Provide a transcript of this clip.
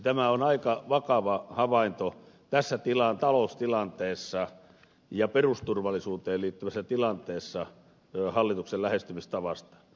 tämä on aika vakava havainto tässä taloustilanteessa ja perusturvallisuuteen liittyvässä tilanteessa hallituksen lähestymistavasta